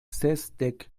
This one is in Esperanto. sesdek